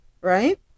right